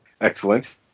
Excellent